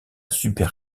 super